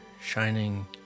shining